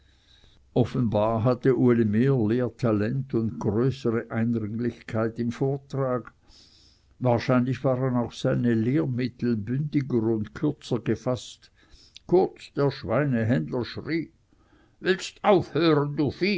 offenbar hatte uli mehr lehrtalent und größere eindringlichkeit im vortrag wahrscheinlich waren auch seine lehrmittel bündiger und kürzer gefaßt kurz der schweinhändler schrie willst aufhören